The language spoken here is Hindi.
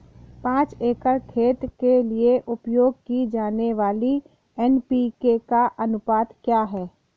पाँच एकड़ खेत के लिए उपयोग की जाने वाली एन.पी.के का अनुपात क्या है?